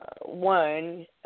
one